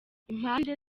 impande